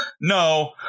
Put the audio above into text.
No